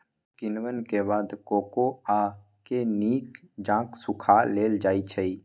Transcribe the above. किण्वन के बाद कोकोआ के नीक जकां सुखा लेल जाइ छइ